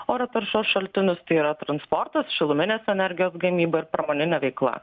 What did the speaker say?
oro taršos šaltinius tai yra transportas šiluminės energijos gamybair pramoninė veikla